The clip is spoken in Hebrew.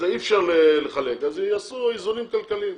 אי אפשר לחלק, אז יעשו איזונים כלכליים.